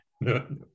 No